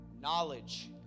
Knowledge